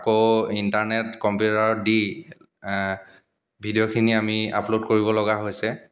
আকৌ ইণ্টাৰনেট কমিউটাৰত দি ভিডিঅ'খিনি আমি আপল'ড কৰিবলগা হৈছে